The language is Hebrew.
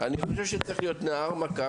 אני חושב שצריך להיות נער/ה.